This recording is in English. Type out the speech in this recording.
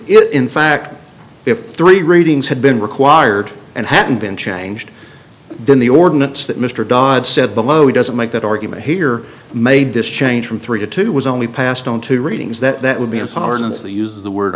if in fact if three readings had been required and hadn't been changed then the ordinance that mr dodd said below doesn't make that argument here made this change from three to two was only passed on to readings that would be a harness they use the word